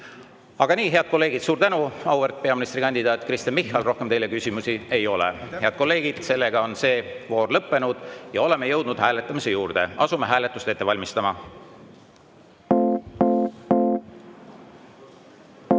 Nii, head kolleegid. Suur tänu, auväärt peaministrikandidaat Kristen Michal! Rohkem teile küsimusi ei ole. Head kolleegid, see voor on lõppenud ja oleme jõudnud hääletamise juurde. Asume hääletust ette valmistama.